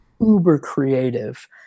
uber-creative